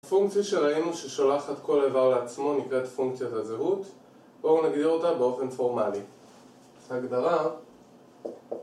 פונקציה שראינו ששולחת כל איבר לעצמו נקראת פונקציית הזהות בואו נגדיר אותה באופן פורמלי הגדרה